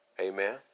amen